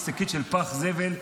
שקית של פח זבל,